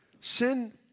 Sin